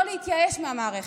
לא להתייאש מהמערכת.